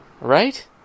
Right